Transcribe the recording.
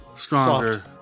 Stronger